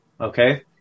okay